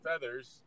feathers